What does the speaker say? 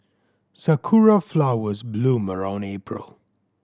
sakura flowers bloom around April